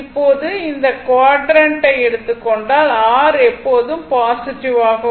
இப்போது இந்த க்வாட்ரண்ட்டை எடுத்துக் கொண்டால் R எப்போதும் பாசிட்டிவ் ஆகும்